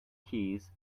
keys